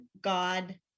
God